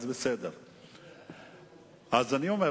אז יותר טוב קצת, אבל זה טוב לראות שכשאתם שומרים